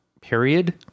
period